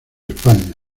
españa